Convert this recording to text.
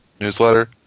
newsletter